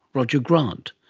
roger grant.